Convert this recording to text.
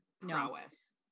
prowess